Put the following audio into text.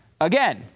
Again